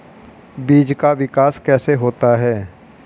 बीज का विकास कैसे होता है?